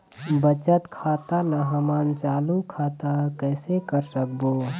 बचत खाता ला हमन चालू खाता कइसे कर सकबो?